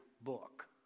book